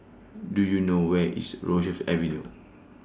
Do YOU know Where IS Rosyth Avenue